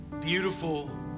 beautiful